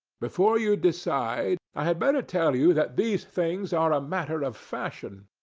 before you decide, i had better tell you that these things are a matter of fashion.